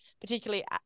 particularly